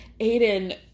Aiden